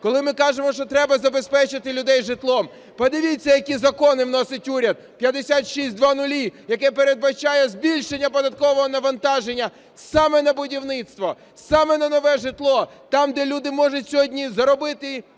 Коли ми кажемо, що треба забезпечити людей житлом. Подивіться, які закони вносить уряд. 5600, який передбачає збільшення податкового навантаження саме на будівництво, саме на нове житло – там, де люди можуть сьогодні заробити,